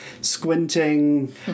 squinting